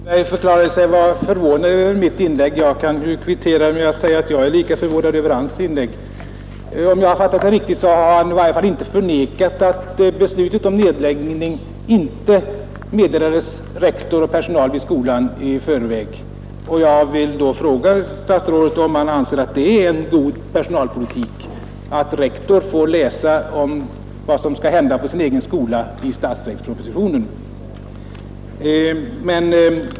Fru talman! Statsrådet Moberg förklarade sig vara förvånad över mitt inlägg. Jag kan kvittera med att säga att jag är lika förvånad över hans inlägg. Om jag fattade statsrådet Moberg riktigt, har han i varje fall inte förnekat att beslutet om nedläggning inte meddelades skolans rektor och personal i förväg. Jag vill då fråga statsrådet om han anser det vara en god personalpolitik att rektorn får läsa i statsverkspropositionen om vad som skall hända på hans egen skola.